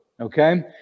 Okay